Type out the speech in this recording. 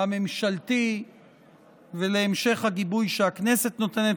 הממשלתי ולהמשך הגיבוי שהכנסת נותנת